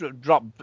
drop